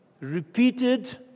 repeated